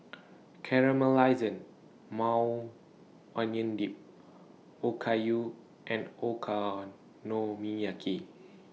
Caramelized Maui Onion Dip Okayu and Okonomiyaki